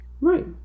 Right